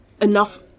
enough